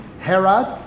Herod